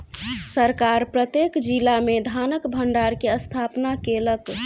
सरकार प्रत्येक जिला में धानक भण्डार के स्थापना केलक